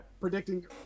Predicting